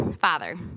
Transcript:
Father